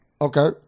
Okay